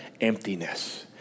emptiness